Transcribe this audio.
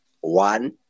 one